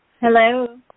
Hello